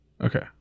Okay